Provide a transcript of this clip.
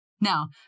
Now